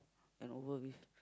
and over with